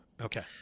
okay